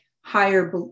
higher